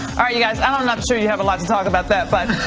alright you guys i'm not sure you have a lot to talk about that but